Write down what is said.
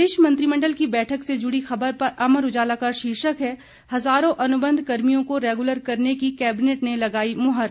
प्रदेश मंत्रिमंडल की बैठक से जुड़ी खबर पर अमर उजाला का शीर्षक है हजारो अनुबंध कर्मियों को रैगुलर करने की कैबिनेट ने लगाई मुहर